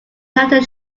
title